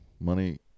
money